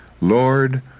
Lord